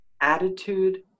attitude